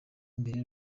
imbere